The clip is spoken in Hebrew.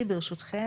הראש.